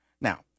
Now